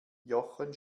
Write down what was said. jochen